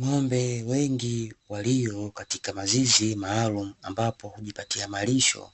Ng'ombe wengi walio katika mazizi maalumu ambapo hujipatia malisho.